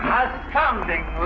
astounding